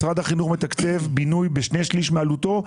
משרד החינוך מתקצב בינוי בשני שליש מעלותו,